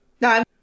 No